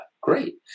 Great